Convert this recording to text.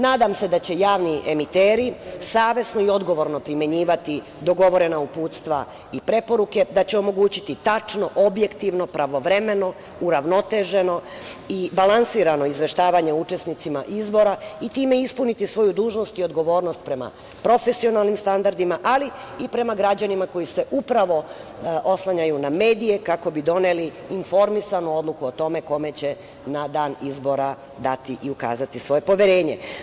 Nadam se da će javni emiteri savesno i odgovorno primenjivati dogovorena uputstva i preporuke, da će omogućiti tačno, objektivno, pravovremeno, uravnoteženo i balansirano izveštavanje učesnicima izbora i time ispuniti svoju dužnost i odgovornost prema profesionalnim standardima, ali i prema građanima koji se upravo oslanjaju na medije kako bi doneli informisanu odluku o tome kome će na dan izbora dati i ukazati svoje poverenje.